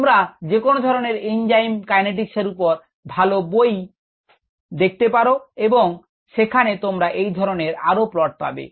তোমরা যেকোনো ধরনের এনজাইম kinetics এর উপর ভালো বই দেখতে পারো এবং সেখানে তোমরা এই ধরনের আরো প্লট পাবে